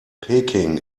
peking